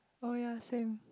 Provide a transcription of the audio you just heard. oh ya same